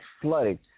flooding